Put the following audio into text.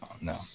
no